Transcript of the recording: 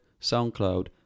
SoundCloud